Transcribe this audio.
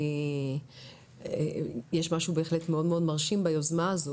אני חושבת שיש באמת משהו מאוד מאוד מרשים ביוזמה הזו